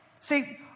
see